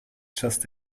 just